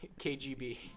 KGB